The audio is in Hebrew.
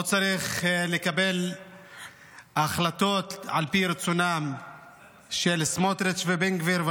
לא צריך לקבל החלטות על פי רצונם של סמוטריץ' ובן גביר.